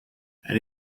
and